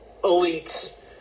elites